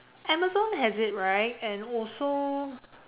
Amazon has it right and also